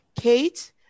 kate